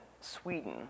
Sweden